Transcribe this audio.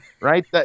right